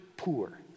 poor